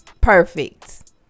perfect